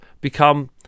become